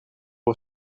aux